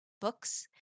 books